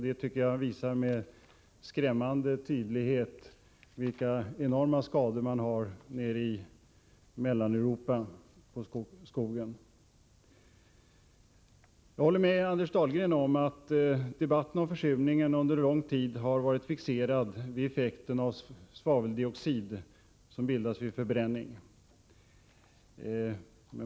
Det visade med 121 skrämmande tydlighet vilka enorma skador man har på skogen nere i Mellaneuropa. Jag håller med Anders Dahlgren om att debatten om försurningen under lång tid varit fixerad vid effekten av svaveldioxid, som bildas vid förbränning.